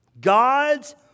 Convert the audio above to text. God's